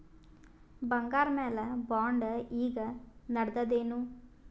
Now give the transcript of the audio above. ಬಂಗಾರ ಮ್ಯಾಲ ಬಾಂಡ್ ಈಗ ನಡದದೇನು?